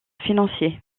financier